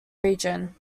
region